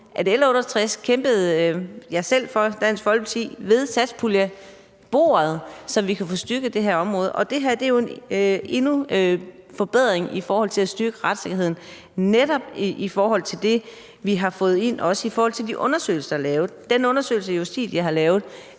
L 68 B under forhandlingerne om satspuljen, så vi kunne få styrket det her område, og det her er jo endnu en forbedring i forhold til at styrke retssikkerheden, også når det gælder det, vi har fået skrevet ind med hensyn til de undersøgelser, der er lavet. Den undersøgelse, Justitia har lavet,